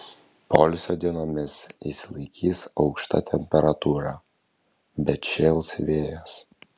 poilsio dienomis išsilaikys aukšta temperatūra bet šėls vėjas